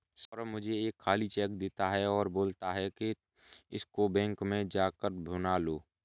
सौरभ मुझे एक खाली चेक देता है और बोलता है कि इसको बैंक में जा कर भुना लो